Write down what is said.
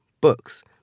books